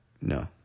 No